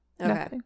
okay